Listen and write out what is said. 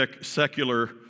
secular